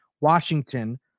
Washington